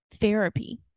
therapy